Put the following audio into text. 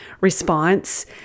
response